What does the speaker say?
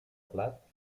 blat